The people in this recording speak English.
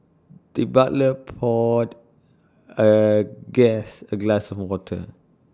the butler poured A guest A glass of water